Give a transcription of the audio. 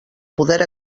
poder